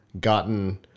gotten